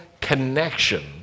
connection